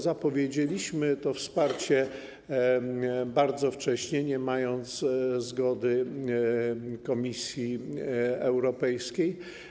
Zapowiedzieliśmy to wsparcie bardzo wcześnie, nie mając zgody Komisji Europejskiej.